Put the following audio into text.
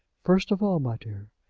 first of all, my dear,